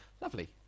lovely